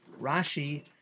Rashi